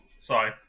Sorry